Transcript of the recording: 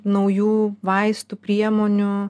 naujų vaistų priemonių